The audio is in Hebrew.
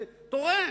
ותורם,